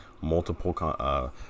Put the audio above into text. multiple